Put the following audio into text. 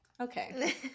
okay